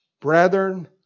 brethren